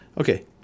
okay